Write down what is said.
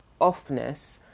offness